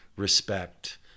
respect